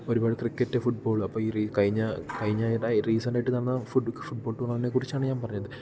ഒരുപാട് cricket football അപ്പം ഈ കഴിഞ്ഞ കഴിഞ്ഞ റീസൻ്റ് ആയിട്ട് നടന്ന ഫുട്ബോൾ ടൂർണമെൻ്റിനെ കുറിച്ചാണ് ഞാൻ പറഞ്ഞത്